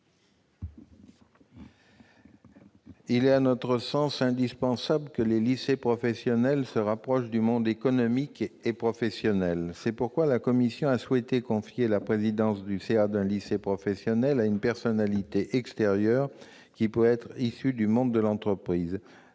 Il est, selon nous, indispensable que les lycées professionnels se rapprochent du monde économique et professionnel. C'est pourquoi la commission a souhaité confier la présidence du conseil d'administration des lycées professionnels à une personnalité extérieure, qui pourra être issue du monde de l'entreprise.